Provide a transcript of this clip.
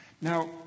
Now